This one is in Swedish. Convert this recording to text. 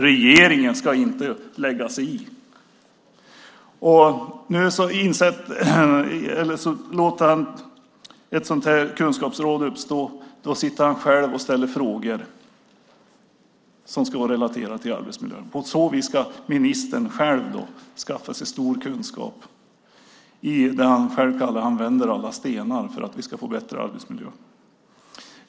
Regeringen ska inte lägga sig i, sade han. Nu låter han ett sådant här kunskapsråd uppstå och sitter själv och ställer frågor som ska vara relaterade till arbetsmiljön. På så vis ska ministern själv skaffa sig stor kunskap. Själv kallar han det för att vända alla stenar för att vi ska få bättre arbetsmiljö.